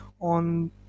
on